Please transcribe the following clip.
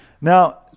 Now